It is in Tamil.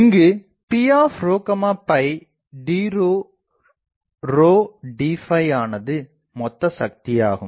இங்குP d d ஆனது மொத்த சக்தியாகும்